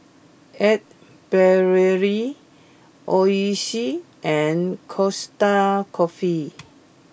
Ace Brainery Oishi and Costa Coffee